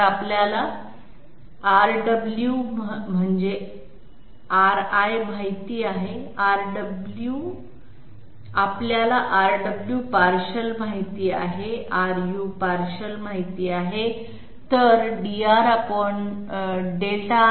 तर आपल्याला Rw I म्हणजे Ru माहित आहे आपल्याला Rw partial माहित आहे हे ∂R⁄∂u आणि ∂R⁄∂w आहेत